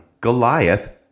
Goliath